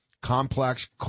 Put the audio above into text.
complex